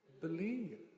believe